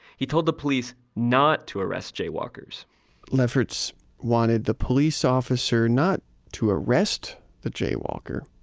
he told the police not to arrest jaywalkers lefferts wanted the police officer not to arrest the jaywalker,